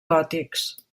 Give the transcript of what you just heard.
gòtics